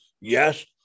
Yes